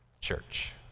church